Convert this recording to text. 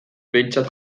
behintzat